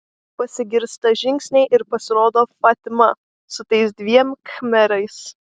pasigirsta žingsniai ir pasirodo fatima su tais dviem khmerais